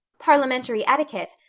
parliamentary etiquette,